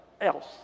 else